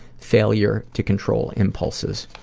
failure to control impulses.